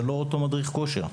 זה לא אותו מדריך כושר.